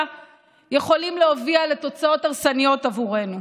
יכולים להביא לתוצאות הרסניות עבורנו.